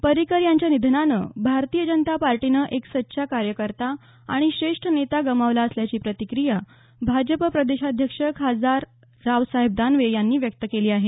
पर्रिकर यांच्या निधनानं भारतीय जनता पार्टीने एक सच्चा कार्यकर्ता आणि श्रेष्ठ नेता गमावला असल्याची प्रतिक्रिया भाजप प्रदेशाध्यक्ष खासदार रावसाहेब दानवे यांनी व्यक्त केली आहे